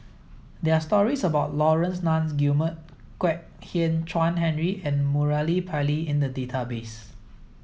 there are stories about Laurence Nunns Guillemard Kwek Hian Chuan Henry and Murali Pillai in the database